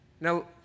Now